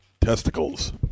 Testicles